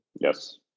Yes